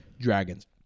dragons